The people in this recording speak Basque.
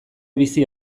bizi